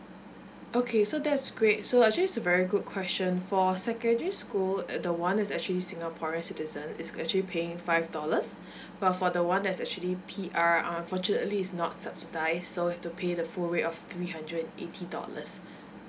okay so that's great so actually it's a very good question for secondary school at the one is actually singaporean citizen is actually paying five dollars but for the one that's actually P_R unfortunately is not subsidise so have to pay the full weight of three hundred and eighty dollar